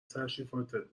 تشریفاتت